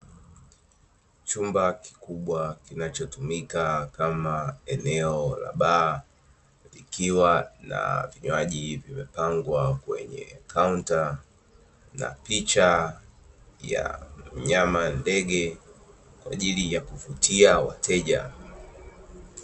Chumba kikubwa, kinachotumika kama eneo la baa, likiwa na vinywaji vimepangwa kwenye 'counter', na picha ya wanyama, ndege, kwa ajili ya kuvutia wateja.